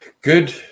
Good